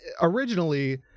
originally